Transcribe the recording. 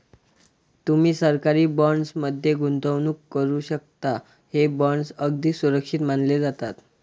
तुम्ही सरकारी बॉण्ड्स मध्ये गुंतवणूक करू शकता, हे बॉण्ड्स अगदी सुरक्षित मानले जातात